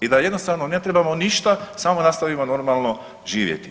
I da jednostavno ne trebamo ništa samo nastavimo normalno živjeti.